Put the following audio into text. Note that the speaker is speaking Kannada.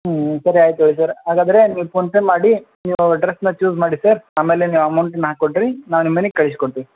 ಹ್ಞೂ ಸರಿ ಆಯಿತು ಹೇಳಿ ಸರ್ ಹಾಗಾದರೆ ನೀವು ಪೋನ್ ಪೇ ಮಾಡಿ ನೀವು ಡ್ರಸ್ನ ಚ್ಯೂಸ್ ಮಾಡಿ ಸರ್ ಆಮೇಲೆ ನೀವು ಅಮೌಂಟ್ನ ಕೊಡ್ರಿ ನಾವು ನಿಮ್ಮ ಮನೆಗೆ ಕಳ್ಸಿ ಕೊಡ್ತೀವಿ